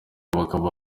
bakaba